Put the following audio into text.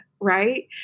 right